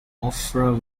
oprah